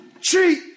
cheat